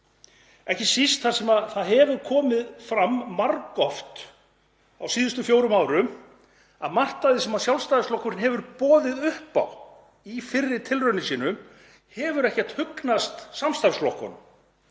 ekki síst þar sem það hefur komið fram margoft á síðustu fjórum árum að margt af því sem Sjálfstæðisflokkurinn hefur boðið upp á í fyrri tilraunum sínum hefur ekki hugnast samstarfsflokkunum.